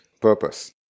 purpose